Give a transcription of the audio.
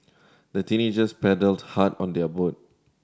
the teenagers paddled hard on their boat